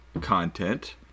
content